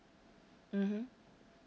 mmhmm